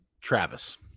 Travis